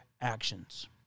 actions